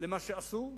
למה שעשו,